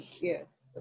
Yes